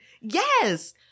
Yes